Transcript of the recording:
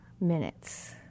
minutes